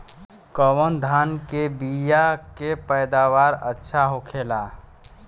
कवन धान के बीया के पैदावार अच्छा होखेला?